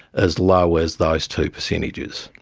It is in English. as low as those two percentages.